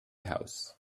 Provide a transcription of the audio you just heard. house